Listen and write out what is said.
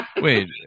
Wait